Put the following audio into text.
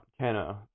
Kenna